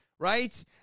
right